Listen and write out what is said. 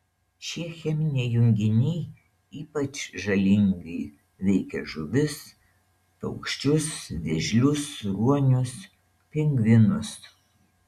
šie cheminiai junginiai ypač žalingai veikia žuvis paukščius vėžlius ruonius pingvinus